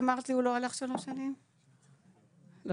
אנחנו